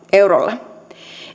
eurolla